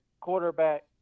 quarterback